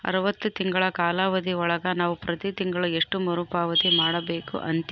ಅರವತ್ತು ತಿಂಗಳ ಕಾಲಾವಧಿ ಒಳಗ ನಾವು ಪ್ರತಿ ತಿಂಗಳು ಎಷ್ಟು ಮರುಪಾವತಿ ಮಾಡಬೇಕು ಅಂತೇರಿ?